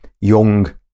young